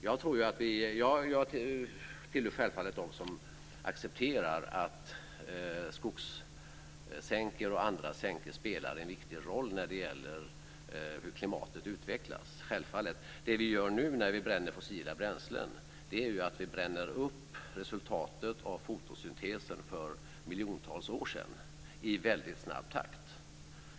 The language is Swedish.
Jag tillhör självfallet dem som accepterar att skogssänkor och andra sänkor spelar en viktig roll när det gäller hur klimatet utvecklas. När vi nu bränner fossila bränslen bränner vi upp resultatet av fotosyntesen för miljontals år sedan i väldigt snabb takt.